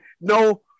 No